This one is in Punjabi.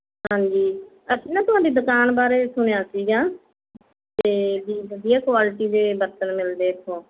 ਹਾਂਜੀ ਅਸੀਂ ਨਾ ਤੁਹਾਡੀ ਦੁਕਾਨ ਬਾਰੇ ਸੁਣਿਆ ਸੀਗਾ ਅਤੇ ਵੀ ਵਧੀਆ ਕੁਆਲਿਟੀ ਦੇ ਬਰਤਨ ਮਿਲਦੇ ਇੱਥੋਂ